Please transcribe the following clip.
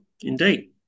Indeed